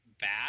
bad